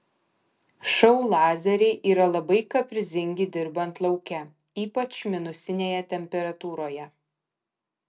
šou lazeriai yra labai kaprizingi dirbant lauke ypač minusinėje temperatūroje